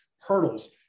hurdles